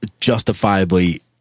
justifiably